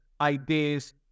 ideas